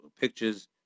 pictures